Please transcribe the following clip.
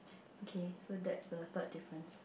okay so that's the third difference